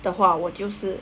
的话我就是